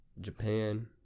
Japan